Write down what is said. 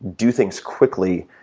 do things quickly,